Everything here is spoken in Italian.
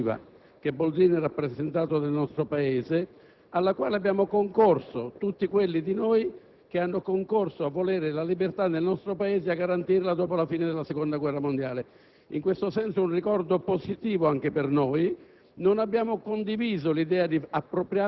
Ritiene importante l'esperienza complessiva che Boldrini ha rappresentato nel nostro Paese, alla quale hanno partecipato tutti quelli di noi che hanno concorso a volere la libertà nel nostro Paese ed a garantirla dopo la fine della Seconda guerra mondiale. In questo senso è un ricordo molto positivo anche per noi.